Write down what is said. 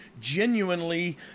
genuinely